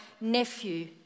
nephew